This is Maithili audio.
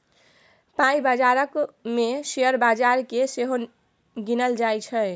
पाइ बजार मे शेयर बजार केँ सेहो गिनल जाइ छै